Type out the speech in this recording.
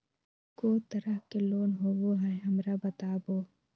को तरह के लोन होवे हय, हमरा बताबो?